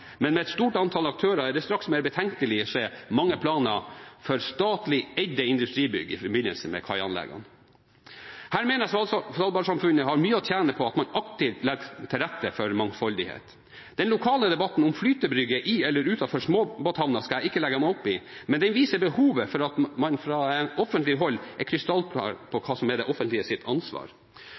men med et stort antall aktører er det straks mer betenkelig å se mange planer for statlig eide industribygg i forbindelse med kaianleggene. Her mener jeg Svalbard-samfunnet har mye å tjene på at man aktivt legger til rette for mangfoldighet. Den lokale debatten om flytebrygger i eller utenfor småbåthavna skal jeg ikke legge meg opp i, men den viser behovet for at man fra offentlig hold er krystallklar på hva som er det offentliges ansvar.